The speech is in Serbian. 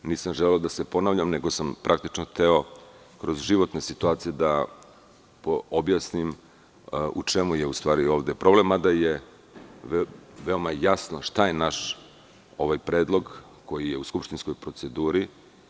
Nisam želeo da se ponavljam, nego sam praktično hteo kroz životne situacije da objasnim u čemu je u stvari ovde problem, mada je veoma jasno šta naš predlog predstavlja, koji je u skupštinskoj proceduri.